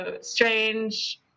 strange